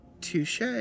Touche